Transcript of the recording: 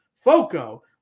Foco